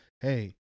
hey